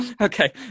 okay